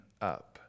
up